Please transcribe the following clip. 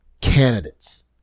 candidates